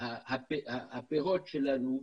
הפירות שלנו,